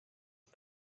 ari